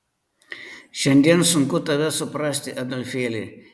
šiandien sunku tave suprasti adolfėli